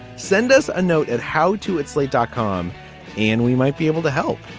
send us a note at how to add slate dot com and we might be able to help.